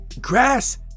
grass